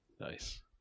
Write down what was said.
nice